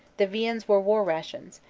the viands were war rations,